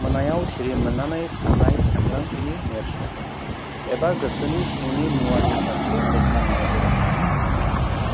मोनायाव सिरिमोननानै थानाया सांग्रांथिनि नेरसोन एबा गोसोनि सिंनि मुवानि फारसे गोख्रों नोजोर थानाय